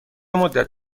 مدت